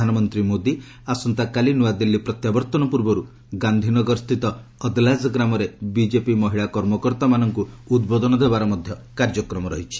ପ୍ରଧାନମନ୍ତ୍ରୀ ମୋଦି ଆସନ୍ତାକାଲି ନୂଆଦିଲ୍ଲୀ ପ୍ରତ୍ୟାବର୍ତ୍ତନ ପୂର୍ବରୁ ଗାନ୍ଧିନଗର ସ୍ଥିତ ଅଦଲାଜ୍ ଗ୍ରାମରେ ବିଜେପି ମହିଳା କର୍ମକର୍ତ୍ତାମାନଙ୍କୁ ଉଦ୍ବୋଧନ ଦେବାର କାର୍ଯ୍ୟକ୍ମ ରହିଛି